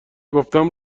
گفتم